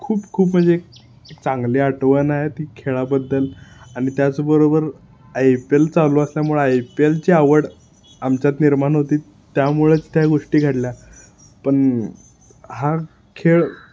खूप खूप म्हणजे चांगली आठवण आहे ती खेळाबद्दल आणि त्याचबरोबर आय पी एल चालू असल्यामुळे आय पी ची आवड आमच्यात निर्माण होती त्यामुळेच त्या गोष्टी घडल्या पण हा खेळ